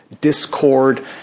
discord